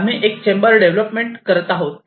आम्ही एक chamber development करत आहोत